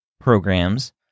programs